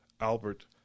Albert